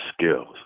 skills